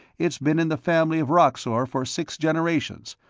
it's been in the family of roxor for six generations,